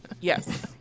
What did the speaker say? Yes